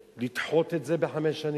לדחות את זה בחמש שנים.